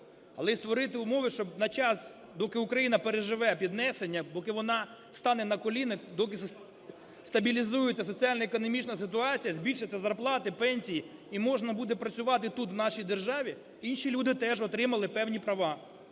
але й створити умови, щоб на час, доки Україна переживе піднесення, доки вона встане з колін, доки стабілізується соціально-економічна ситуація, збільшаться зарплати, пенсії і можна буде працювати тут, в нашій державі, інші люди теж отримали певні права,